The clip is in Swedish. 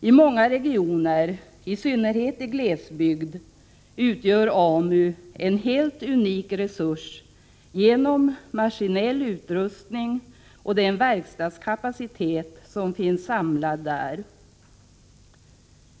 I många regioner —i synnerhet i glesbygden — utgör AMU en helt unik resurs genom maskinell utrustning och den verkstadskapacitet som finns samlad där.